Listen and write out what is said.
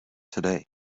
today